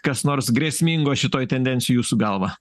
kas nors grėsmingo šitoj tendencijoj jūsų galva